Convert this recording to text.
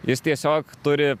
jis tiesiog turi